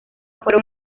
fueron